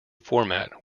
format